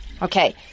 Okay